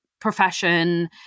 profession